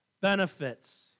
benefits